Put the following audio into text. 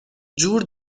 جور